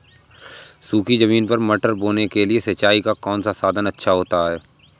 सूखी ज़मीन पर मटर बोने के लिए सिंचाई का कौन सा साधन अच्छा होता है?